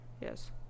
yes